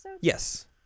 Yes